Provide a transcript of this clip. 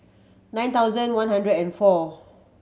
nine thousand one hundred and four